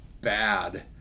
bad